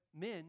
men